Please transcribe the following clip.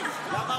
גם ערבים.